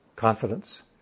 confidence